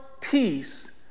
peace